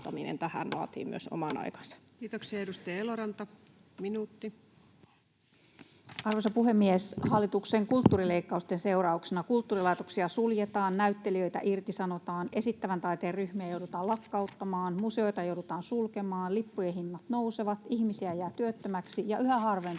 valtion talousarvioksi vuodelle 2025 Time: 16:21 Content: Arvoisa puhemies! Hallituksen kulttuurileikkausten seurauksena kulttuurilaitoksia suljetaan, näyttelijöitä irtisanotaan, esittävän taiteen ryhmiä joudutaan lakkauttamaan, museoita joudutaan sulkemaan, lippujen hinnat nousevat, ihmisiä jää työttömäksi ja yhä harvempi